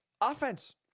offense